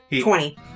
twenty